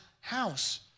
house